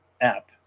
app